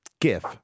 GIF